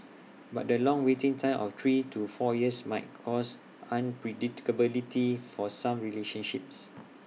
but the long waiting time of three to four years might cause unpredictability for some relationships